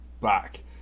back